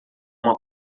uma